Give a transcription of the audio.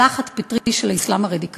תגיד, לא רואה טוב, בחייך.